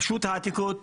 רשות העתיקות,